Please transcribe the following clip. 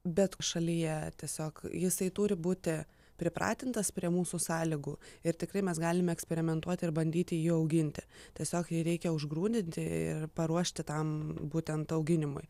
bet šalyje tiesiog jisai turi būti pripratintas prie mūsų sąlygų ir tikrai mes galime eksperimentuoti ir bandyti jį auginti tiesiog jį reikia užgrūdinti ir paruošti tam būtent auginimui